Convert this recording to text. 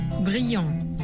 brillant